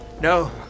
No